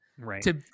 Right